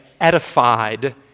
edified